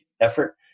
effort